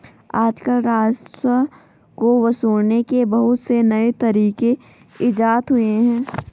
आजकल राजस्व को वसूलने के बहुत से नये तरीक इजात हुए हैं